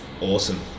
Awesome